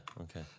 Okay